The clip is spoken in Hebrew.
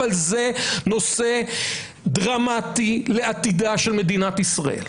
אבל זה נושא דרמטי לעתידה של מדינת ישראל.